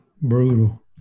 Brutal